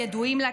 הידועים לה,